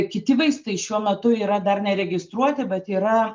kiti vaistai šiuo metu yra dar neregistruoti bet yra